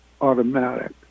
automatic